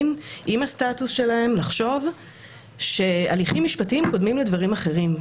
עם הסטטוס שלהם לחשוב שהליכים משפטיים קודמים לדברים אחרים.